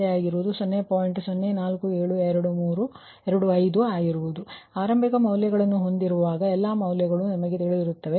ಆದ್ದರಿಂದ ನೀವು ಎಲ್ಲಾ ಆರಂಭಿಕ ಮೌಲ್ಯವನ್ನು ಹೊಂದಿರುವಾಗ ಎಲ್ಲಾ ಮೌಲ್ಯಗಳು ನಿಮಗೆ ತಿಳಿದಿರುತ್ತವೆ